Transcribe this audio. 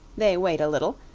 they wait a little,